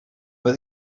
but